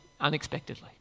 unexpectedly